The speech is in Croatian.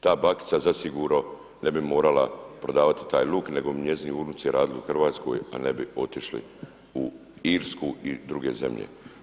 Ta bakica zasigurno ne bi morala prodavati taj luk nego bi njezini unuci radili u Hrvatskoj a ne bi otišli u Irsku i druge zemlje.